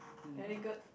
very good